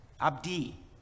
Abdi